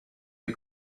you